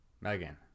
Megan